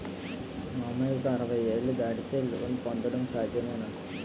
మామయ్యకు అరవై ఏళ్లు దాటితే లోన్ పొందడం సాధ్యమేనా?